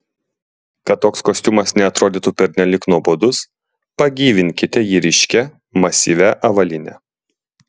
kad toks kostiumas neatrodytų pernelyg nuobodus pagyvinkite jį ryškia masyvia avalyne